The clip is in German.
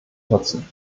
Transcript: nutzen